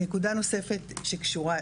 נקודה נוספת שקשורה,